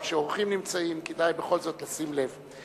אבל כשאורחים נמצאים כדאי בכל זאת לשים לב,